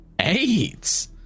Eight